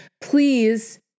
Please